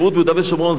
זה לא עניין פוליטי.